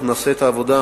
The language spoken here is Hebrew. אנחנו נעשה את העבודה,